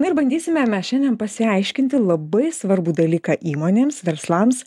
na ir bandysime mes šiandien pasiaiškinti labai svarbų dalyką įmonėms verslams